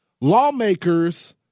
Lawmakers